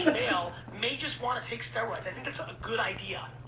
male may just wanna take steroid. i think it's a good idea.